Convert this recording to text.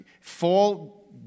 fall